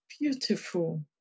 Beautiful